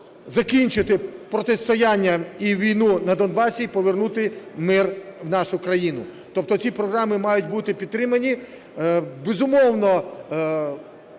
закінчити протистояння і війну на Донбасі і повернути мир в нашу країну. Тобто ці програми мають бути підтримані. Безумовно,